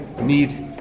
need